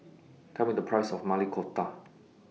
Tell Me The Price of Maili Kofta